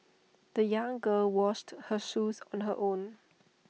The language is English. the young girl washed her shoes on her own